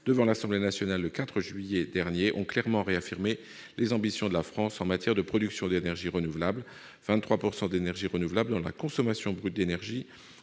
devant l'Assemblée nationale le 4 juillet 2017 ont clairement réaffirmé les ambitions de la France en matière de production d'énergies renouvelables, qui doivent représenter 23 % de la consommation brute d'énergie